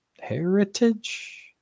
heritage